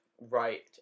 right